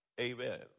Amen